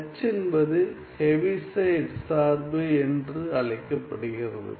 H என்பது Heaviside சார்பு என்று அழைக்கப்படுகிறது